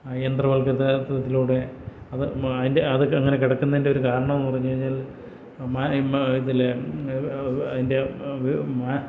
യന്ത്രവൽകൃതത്തിലൂടെ അത് അതിന്റെ അങ്ങനെ അങ്ങനൊക്കെ കിടക്കുന്നതിന്റെ കാരണമെന്നു പറഞ്ഞുകഴിഞ്ഞാല് മാ ഇതിലെ